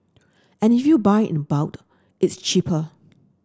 and if you buy in it's cheaper